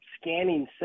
scanning